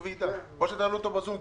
לדעתי, חבר הכנסת אופיר כץ יצא